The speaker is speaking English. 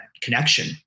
connection